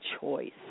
choice